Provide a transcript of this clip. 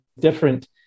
different